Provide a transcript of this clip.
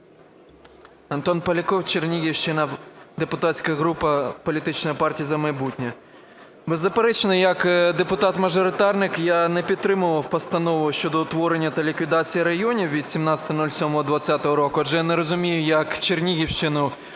Антон Поляков, Чернігівщина, депутатська група політичної партії "За майбутнє". Беззаперечно, як депутат-мажоритарник я не підтримував постанову щодо утворення та ліквідацію районів від 17.07.2020 року. Адже я не розумію, як Чернігівщину,